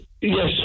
yes